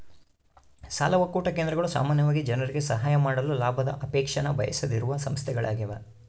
ಸಾಲ ಒಕ್ಕೂಟ ಕೇಂದ್ರಗಳು ಸಾಮಾನ್ಯವಾಗಿ ಜನರಿಗೆ ಸಹಾಯ ಮಾಡಲು ಲಾಭದ ಅಪೇಕ್ಷೆನ ಬಯಸದೆಯಿರುವ ಸಂಸ್ಥೆಗಳ್ಯಾಗವ